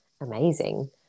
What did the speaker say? amazing